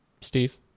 Steve